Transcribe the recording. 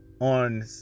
on